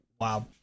wow